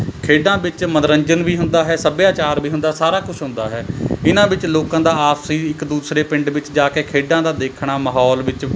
ਖੇਡਾਂ ਵਿੱਚ ਮੰਨੋਰੰਜਨ ਵੀ ਹੁੰਦਾ ਹੈ ਸੱਭਿਆਚਾਰ ਵੀ ਹੁੰਦਾ ਸਾਰਾ ਕੁਛ ਹੁੰਦਾ ਹੈ ਇਨ੍ਹਾਂ ਵਿੱਚ ਲੋਕਾਂ ਦਾ ਆਪਸੀ ਇੱਕ ਦੂਸਰੇ ਪਿੰਡ ਵਿੱਚ ਜਾ ਕੇ ਖੇਡਾਂ ਦਾ ਦੇਖਣਾ ਮਾਹੌਲ ਵਿੱਚ